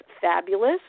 fabulous